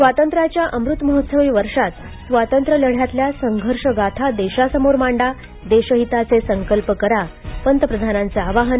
स्वातंत्र्याच्या अमृतमहोत्सवी वर्षात स्वातंत्र्यलढ्यातल्या संघर्षगाथा देशासमोर मांडा देशहिताचे संकल्प करा पंतप्रधानांचं आवाहन